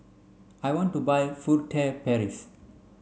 I want to buy Furtere Paris